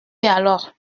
alors